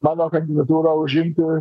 mano kandidatūrą užimti